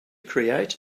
create